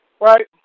right